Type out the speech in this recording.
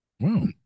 Wow